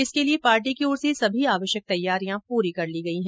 इसके लिए पार्टी की ओर से सभी आवश्यक तैयारियां पूरी कर ली गई हैं